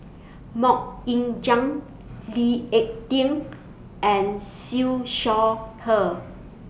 Mok Ying Jang Lee Ek Tieng and Siew Shaw Her